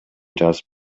жазып